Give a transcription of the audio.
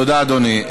תודה, אדוני.